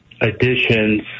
additions